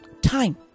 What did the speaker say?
Time